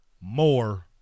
More